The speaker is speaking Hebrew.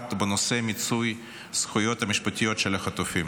בנושא מיצוי זכויות משפטיות של החטופים.